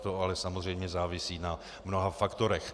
To ale samozřejmě závisí na mnoha faktorech.